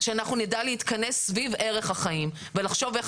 שאנחנו נדע להתכנס סביב ערך החיים ולחשוב איך